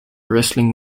wrestling